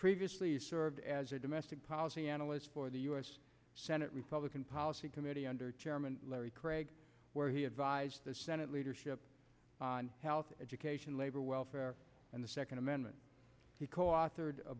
previously served as a domestic policy analyst for the u s senate republican policy committee under chairman larry craig where he advised the senate leadership on health education labor welfare and the second amendment he co